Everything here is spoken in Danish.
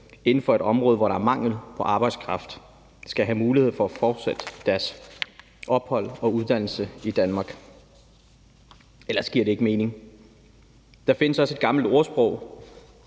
inden for et område, hvor der er mangel på arbejdskraft, have mulighed for at fortsætte deres ophold og uddannelse i Danmark. Ellers giver det ikke mening. Der findes et gammelt ordsprog,